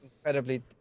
incredibly